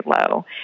low